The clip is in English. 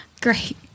Great